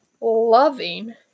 loving